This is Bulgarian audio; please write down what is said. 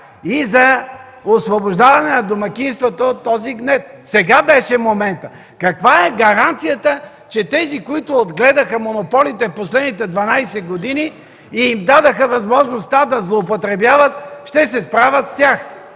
и за освобождаване на домакинствата от този гнет, сега беше моментът! Каква е гаранцията, че тези, които отгледаха монополите през последните 12 години и им дадоха възможност те да злоупотребяват, ще се справят с тях?!